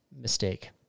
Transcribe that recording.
Mistake